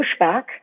pushback